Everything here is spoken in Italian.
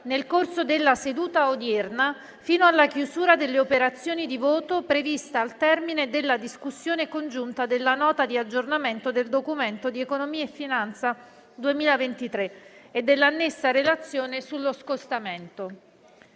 nel corso della seduta odierna fino alla chiusura delle operazioni di voto, prevista al termine della discussione congiunta della Nota di aggiornamento del Documento di economia e finanza 2023 e della annessa relazione sullo scostamento.